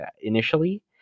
initially